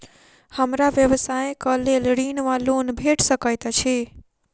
हमरा व्यवसाय कऽ लेल ऋण वा लोन भेट सकैत अछि?